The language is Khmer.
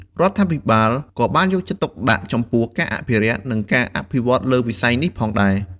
រដ្ឋាភិបាលក៏បានយកចិត្តទុកដាក់ចំពោះការអភិរក្ស និងអភិវឌ្ឍន៍លើវិស័យនេះផងដែរ។